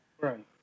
Right